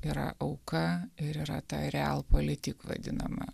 yra auka ir yra ta realpolitik vadinama